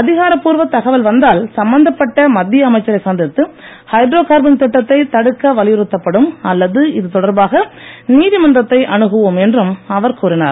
அதிகாரப்பூர்வ தகவல் வந்தால் சம்பந்தப்பட்ட மத்திய அமைச்சரை சந்தித்து ஹைட்ரோ கார்பன் திட்டத்தை தடுக்க வலியுறுத்தப்படும் என்றும் அல்லது இதுதொடர்பாக நீதிமன்றத்தை அணுகுவோம் என்றும் அவர் கூறினார்